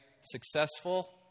successful